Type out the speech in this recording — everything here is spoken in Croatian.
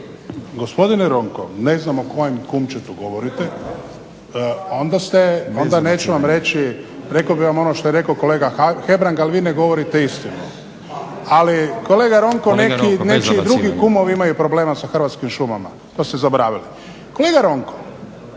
Gospodine Ronko ne znam o kojem kumčetu govorite, onda neću vam reći, rekao bih vam ono što je rekao kolega Hebrang ali vi ne govorite istinu. Ali, kolega Ronko nečiji drugi kumovi imaju problema sa Hrvatskim šumama. To ste zaboravili. Kolega Ronko